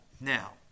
Now